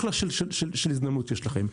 אחלה של הזדמנות יש לכם.